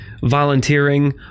volunteering